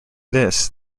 this